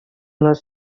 les